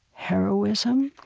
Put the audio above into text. heroism,